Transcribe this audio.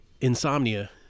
Insomnia